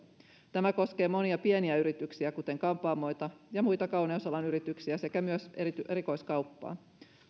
tämä koskee monia pieniä yrityksiä kuten kampaamoita ja muita kauneusalan yrityksiä sekä erikoiskauppaa